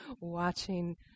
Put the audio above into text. watching